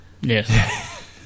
Yes